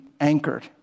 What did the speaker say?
anchored